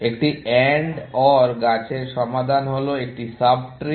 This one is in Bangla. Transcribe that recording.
একটি AND OR গাছের সমাধান হলো একটি সাব ট্রি